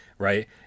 right